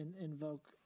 invoke